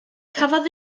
cafodd